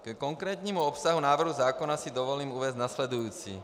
Ke konkrétnímu obsahu návrhu zákona si dovolím uvést následující.